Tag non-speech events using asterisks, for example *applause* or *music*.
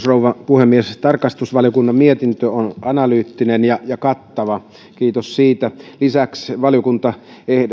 *unintelligible* rouva puhemies tarkastusvaliokunnan mietintö on analyyttinen ja kattava kiitos siitä lisäksi